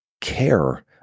care